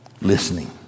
listening